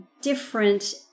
different